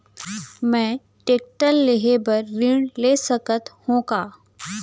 मैं टेकटर लेहे बर ऋण ले सकत हो का?